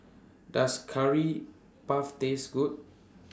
Does Curry Puff Taste Good